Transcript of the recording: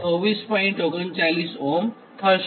39 Ω થશે